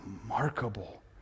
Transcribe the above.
remarkable